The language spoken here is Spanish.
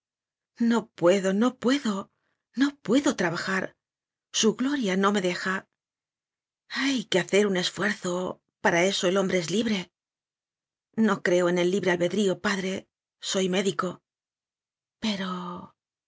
no puedo no puedo no puedo traba jar su gloria no me deja hay que hacer un esfuerzo para eso el hombre es libre no creo en el libre albedrío padre soy médico pero